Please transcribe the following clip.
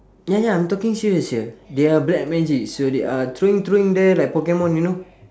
ya ya I'm talking serious here they are black magic so they are throwing throwing there like pokemon you know